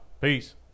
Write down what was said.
Peace